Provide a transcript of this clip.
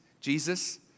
Jesus